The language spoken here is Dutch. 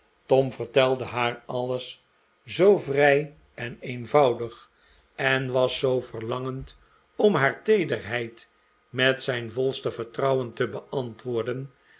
tom vertelde haar alles zoo vrij en eenvoudig en was zoo verlangend om haar teederheid met zijn volste vertrouwen te beantwoorden